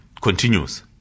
continues